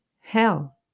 hell